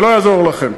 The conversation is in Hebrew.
זה לא יעזור לכם.